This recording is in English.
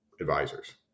advisors